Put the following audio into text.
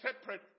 separate